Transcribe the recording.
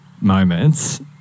moments